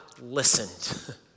listened